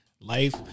life